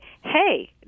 hey